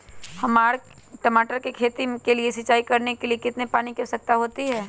टमाटर की खेती के लिए सिंचाई करने के लिए कितने पानी की आवश्यकता होती है?